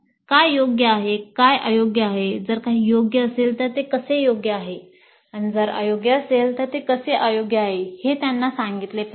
काय योग्य आहे काय अयोग्य आहे जर काही योग्य असेल तर ते कसे योग्य आहे आणि जर अयोग्य असेल तर ते कसे अयोग्य आहे हे त्यांना सांगितले पाहिजे